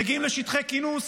מגיעים לשטחי כינוס,